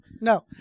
No